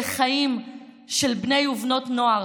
אלה החיים של בני ובנות נוער,